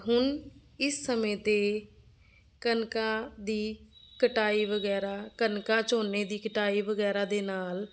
ਹੁਣ ਇਸ ਸਮੇਂ 'ਤੇ ਕਣਕਾਂ ਦੀ ਕਟਾਈ ਵਗੈਰਾ ਕਣਕਾਂ ਝੋਨੇ ਦੀ ਕਟਾਈ ਵਗੈਰਾ ਦੇ ਨਾਲ